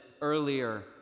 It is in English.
earlier